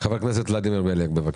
חבר הכנסת ולדימיר בליאק, בבקשה.